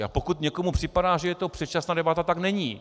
A pokud někomu připadá, že je to předčasná debata, tak není.